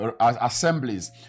assemblies